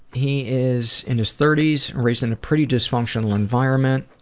he is in his thirties, raised in a pretty dysfunctional environment.